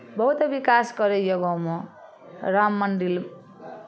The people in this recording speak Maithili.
बहुते विकास करैए गाँवमे राम मण्डिल